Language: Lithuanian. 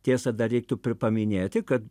tiesa dar reiktų pri paminėti kad